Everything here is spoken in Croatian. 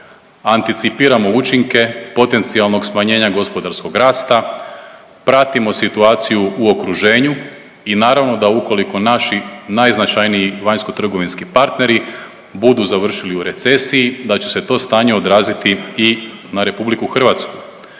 anticipiramo učinke potencijalnog smanjenja gospodarskog rasta, pratimo situaciju u okruženju i naravno da ukoliko naši najznačajniji vanjskotrgovinski partneri budu završili u recesiji da će se to stanje odraziti i na RH. I upravo